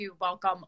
welcome